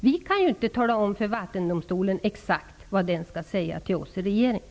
Vi kan inte tala om för Vattendomstolen exakt vad den skall säga till oss i regeringen.